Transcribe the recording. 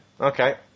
Okay